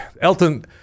Elton